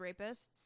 rapists